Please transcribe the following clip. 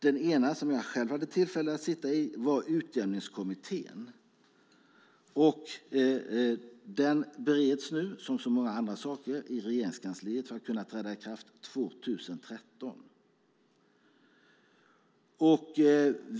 Den ena, som jag själv hade tillfälle att sitta i, var Utjämningskommittén. Den bereds nu, som så mycket annat, i Regeringskansliet för att kunna träda i kraft 2013.